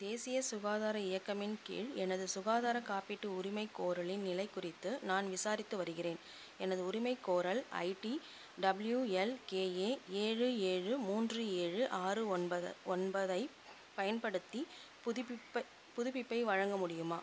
தேசிய சுகாதார இயக்கமின் கீழ் எனது சுகாதார காப்பீட்டு உரிமைகோரலின் நிலை குறித்து நான் விசாரித்து வருகிறேன் எனது உரிமைகோரல் ஐடி டபுள்யுஎல்கேஏ ஏழு ஏழு மூன்று ஏழு ஆறு ஒன்பது ஒன்பதைப் பயன்படுத்தி புதுப்பிப்பை புதுப்பிப்பை வழங்க முடியுமா